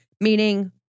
meaning